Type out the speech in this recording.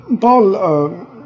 Paul